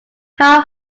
how